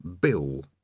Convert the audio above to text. Bill